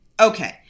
Okay